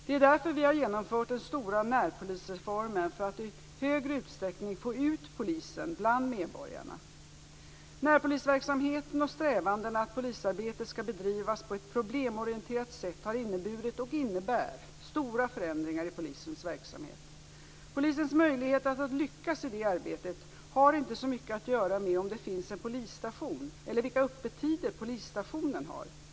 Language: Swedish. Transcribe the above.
Det är därför vi har genomfört den stora närpolisreformen för att i större utsträckning få ut polisen bland medborgarna. Närpolisverksamheten och strävandena att polisarbetet skall bedrivas på ett problemorienterat sätt har inneburit, och innebär, stora förändringar i polisens verksamhet. Polisens möjligheter att lyckas i det arbetet har inte så mycket att göra med om det finns en polisstation eller vilka öppettider polisstationen har.